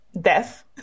death